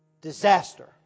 Disaster